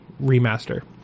remaster